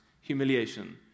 humiliation